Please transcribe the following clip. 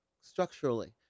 structurally